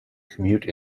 commute